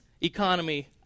economy